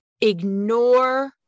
ignore